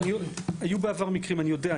היו בעבר מקרים אני יודע,